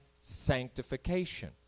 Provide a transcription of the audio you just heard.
sanctification